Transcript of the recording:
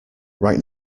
right